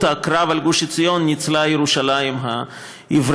הקרב על גוש עציון ניצלה ירושלים העברית.